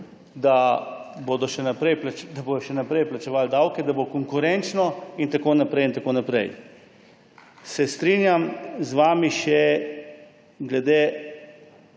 da bodo še naprej plačevali davke, da bo konkurenčno in tako naprej in tako naprej. Se strinjam z vami še glede